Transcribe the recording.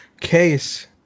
case